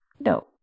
No